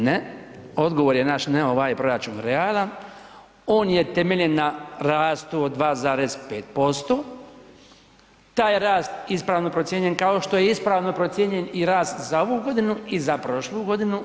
Ne, odgovor je naš … ovaj proračun realan, on je temeljen na rastu od 2,5%, taj rast je ispravno procijenjen kao što je ispravno procijenjen i rast za ovu godinu i za prošlu godinu.